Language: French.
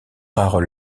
rares